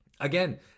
again